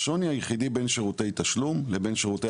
השוני היחידי בין שירותי תשלום לבין שירותי